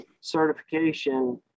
certification